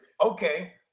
okay